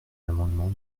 l’amendement